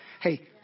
Hey